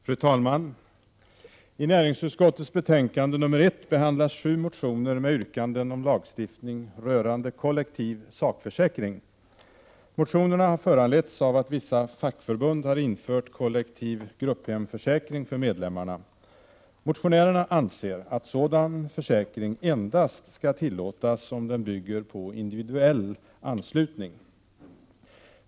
Fru talman! I näringsutskottets betänkande nr 1 behandlas sju motioner med yrkanden om lagstiftning rörande kollektiv sakförsäkring. Motionerna har föranletts av att vissa fackförbund har infört kollektiv grupphemförsäkring för medlemmarna. Motionärerna anser att sådan försäkring endast skall tillåtas om den bygger på individuell anslutning.